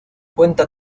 cuenta